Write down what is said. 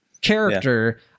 character